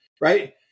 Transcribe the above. right